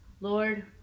Lord